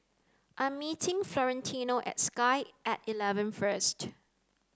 I am meeting Florentino at Sky at eleven first